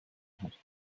hat